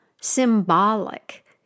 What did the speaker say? symbolic